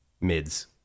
Mids